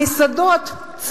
המסעדות,